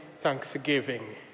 Thanksgiving